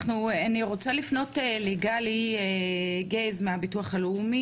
אני רוצה לפנות לגלי גז מהביטוח הלאומי,